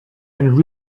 and